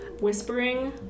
whispering